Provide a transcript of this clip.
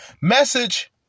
Message